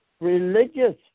religious